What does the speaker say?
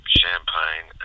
champagne